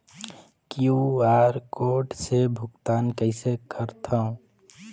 QR code से भुगतान कइसे करथव?